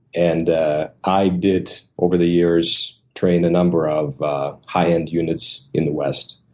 and i did, over the years, train a number of high end units in the west.